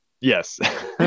yes